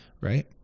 Right